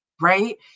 right